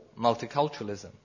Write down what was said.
multiculturalism